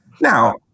Now